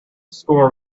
scorn